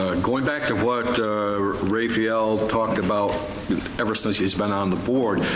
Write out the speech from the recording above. ah going back to what raphael talked about ever since he's been on the board,